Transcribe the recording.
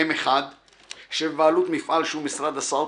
M1 שבבעלות מפעל שהוא משרד הסעות,